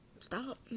Stop